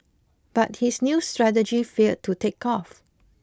but his new strategy failed to take off